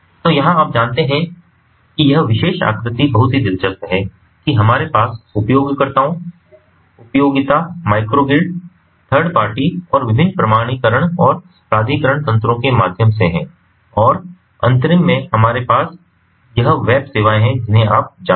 तो यहाँ आप जानते हैं कि यह विशेष आकृति बहुत ही दिलचस्प है कि हमारे पास उपयोगकर्ताओं उपयोगिता माइक्रो ग्रिड थर्ड पार्टी और विभिन्न प्रमाणीकरण और प्राधिकरण तंत्रों के माध्यम से है और अंतरिम में हमारे पास यह वेब सेवाएँ हैं जिन्हें आप जानते हैं